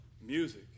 music